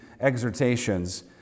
exhortations